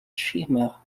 schirmer